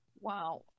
Wow